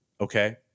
Okay